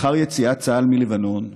לאחר יציאת צה"ל מלבנון,